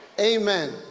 Amen